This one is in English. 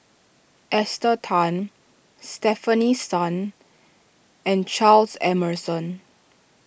Esther Tan Stefanie Sun and Charles Emmerson